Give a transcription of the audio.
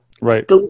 Right